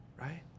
right